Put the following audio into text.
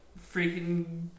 Freaking